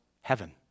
heaven